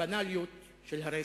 הבנאליות של הרשע.